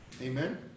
Amen